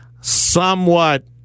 somewhat